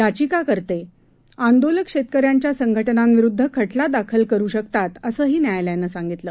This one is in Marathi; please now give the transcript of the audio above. याचिकाकतेआंदोलक शेतकऱ्यांच्या संघटनांविरुद्ध खटला दाखल करु शकतात असंही न्यायालयानं सांगितलं